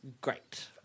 Great